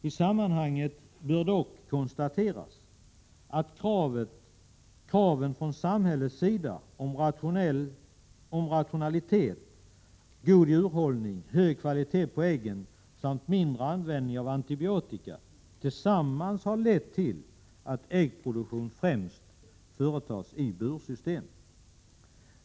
I sammanhanget bör dock konstateras att kraven från samhällets sida om rationalitet, god djurhållning, hög kvalitet på äggen samt mindre användning av antibiotika — tillsammans har lett till att äggproduktion främst företas i bursystem.